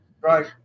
Right